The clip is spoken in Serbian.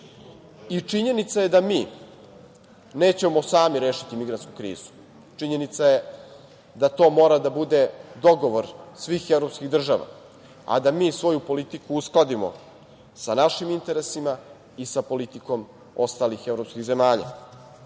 Činjenica je da mi nećemo sami rešiti migrantsku krizu. Činjenica je da to mora da bude dogovor svih evropskih država, a da mi svoju politiku uskladimo sa našim interesima i sa politikom ostalih evropskih zemalja. Mi